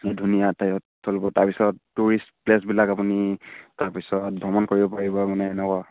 এই ধুনীয়া তাৰপিছত টুৰিষ্ট প্লে'চবিলাক আপুনি তাৰপিছত ভ্ৰমণ কৰিব পাৰিব মানে এনেকুৱা